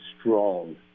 strong